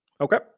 Okay